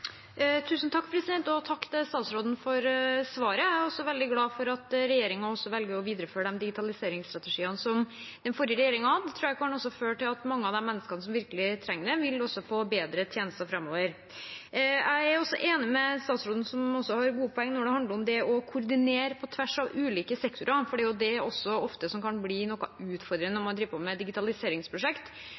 Takk til statsråden for svaret. Jeg er veldig glad for at regjeringen velger å videreføre digitaliseringsstrategiene som den forrige regjeringen hadde. Det tror jeg kan føre til at mange av de menneskene som virkelig trenger det, vil få bedre tjenester framover. Jeg er også enig med statsråden, som har gode poeng når det handler om det å koordinere på tvers av ulike sektorer, for det er ofte det som kan bli noe utfordrende når man driver med digitaliseringsprosjekt